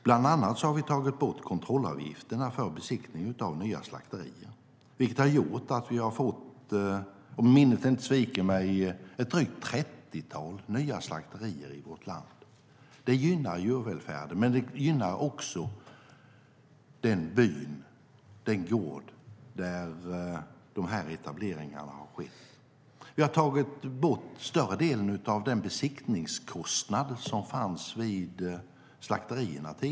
Bland annat har vi tagit bort kontrollavgifterna för besiktning av nya slakterier, vilket medfört att vi fått - om minnet inte sviker mig - ett drygt trettiotal nya slakterier i vårt land. Det gynnar djurvälfärden, och det gynnar den byn och den gården där dessa etableringar skett. Vi har tagit bort större delen av den besiktningskostnad som tidigare fanns vid slakterierna.